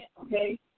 okay